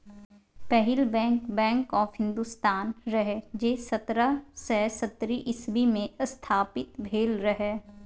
पहिल bank, bank of Hindustan रहय जे सतरह सय सत्तरि इस्बी मे स्थापित भेल रहय